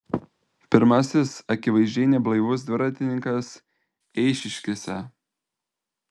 pirmasis akivaizdžiai neblaivus dviratininkas eišiškėse